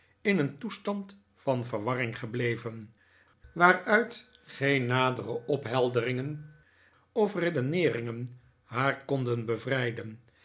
in een toestand van verwarring gebleven waaruit geen nadere ophelderingen of redeneefingen haar konden bevrijden